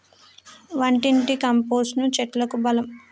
వంటింటి కంపోస్టును చెట్లకు బలం